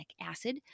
acid